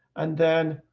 and then,